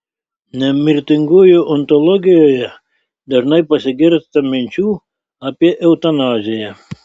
nemirtingųjų ontologijoje dažnai pasigirsta minčių apie eutanaziją